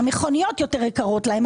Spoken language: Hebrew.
המכוניות יותר יקרות להם,